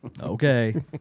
okay